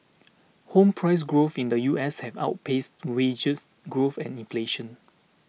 home price growth in the U S has outpaced wage growth and inflation